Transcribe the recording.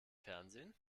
fernsehen